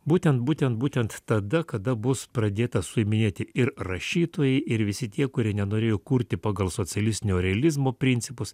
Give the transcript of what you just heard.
būtent būtent būtent tada kada bus pradėta suiminėti ir rašytojai ir visi tie kurie nenorėjo kurti pagal socialistinio realizmo principus